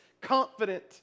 confident